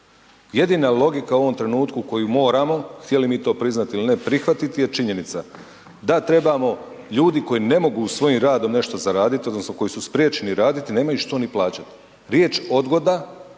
jedina logika u ovom trenutku koju moramo, htjeli mi to priznati ili ne prihvatiti je činjenica da trebamo ljudi koji ne mogu svojim radom nešto zaraditi odnosno koji su spriječeni raditi nemaju što ni plaćati. Riječ odgoda,